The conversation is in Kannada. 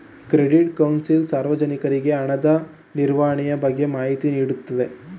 ಕ್ರೆಡಿಟ್ ಕೌನ್ಸಿಲ್ ಸಾರ್ವಜನಿಕರಿಗೆ ಹಣದ ನಿರ್ವಹಣೆಯ ಬಗ್ಗೆ ಮಾಹಿತಿ ನೀಡುತ್ತದೆ